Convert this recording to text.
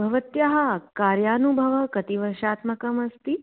भवत्याः कार्यानुभवः कति वर्षात्मकमस्ति